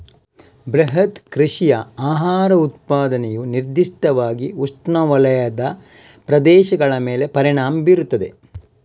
ಬೃಹತ್ ಕೃಷಿಯ ಆಹಾರ ಉತ್ಪಾದನೆಯು ನಿರ್ದಿಷ್ಟವಾಗಿ ಉಷ್ಣವಲಯದ ಪ್ರದೇಶಗಳ ಮೇಲೆ ಪರಿಣಾಮ ಬೀರುತ್ತದೆ